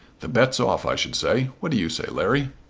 the bet's off i should say. what do you say, larry?